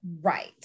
right